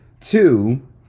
Two